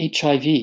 HIV